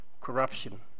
corruption